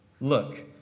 look